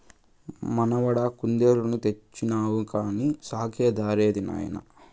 మనవడా కుందేలుని తెచ్చినావు కానీ సాకే దారేది నాయనా